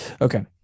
okay